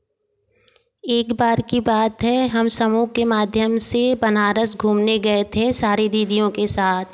एक बार की बात है हम समूह के माध्यम से बनारस घूमने गए थे सारी दीदियों के साथ